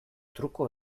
truko